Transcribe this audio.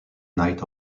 night